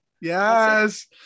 Yes